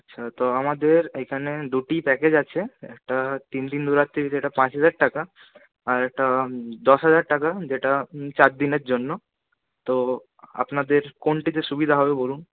আচ্ছা তো আমাদের এখানে দুটি প্যাকেজ আছে একটা তিনদিন দু রাতের যেটা পাঁচ হাজার টাকা আরেকটা দশ হাজার টাকা যেটা চারদিনের জন্য তো আপনাদের কোনটিতে সুবিধা হবে বলুন